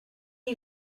you